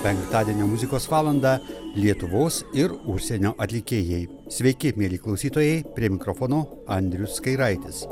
penktadienio muzikos valandą lietuvos ir užsienio atlikėjai sveiki mieli klausytojai prie mikrofono andrius kairaitis